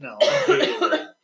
No